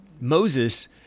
Moses